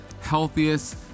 healthiest